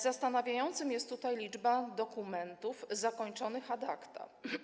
Zastanawiająca jest tutaj liczba dokumentów zakończonych ad acta.